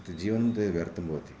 इत्युक्ते जीवनं तैः व्यर्थं भवति